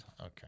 Okay